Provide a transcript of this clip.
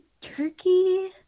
Turkey